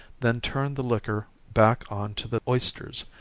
then turn the liquor back on to the oysters,